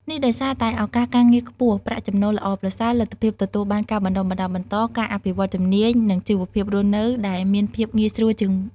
នេះដោយសារតែឱកាសការងារខ្ពស់ ប្រាក់ចំណូលល្អប្រសើរ លទ្ធភាពទទួលបានការបណ្តុះបណ្តាលបន្ត ការអភិវឌ្ឍជំនាញ និងជីវភាពរស់នៅដែលមានភាពងាយស្រួលជាង។